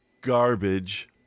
garbage